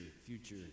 future